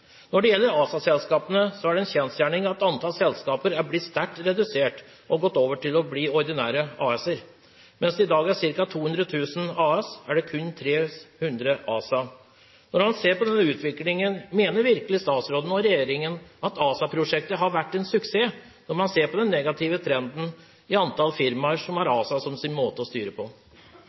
Når det gjelder ASA-selskapene, er det en kjensgjerning at antallet har blitt sterkt redusert – de har gått over til å bli ordinære AS-er. Mens det i dag er ca. 200 000 AS-er, er det kun 300 ASA-er. Når man ser på denne utviklingen, mener statsråden og regjeringen virkelig at ASA-prosjektet har vært en suksess – når man altså ser den negative trenden når det gjelder antall firmaer som har ASA som sin måte å bli styrt på?